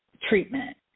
treatment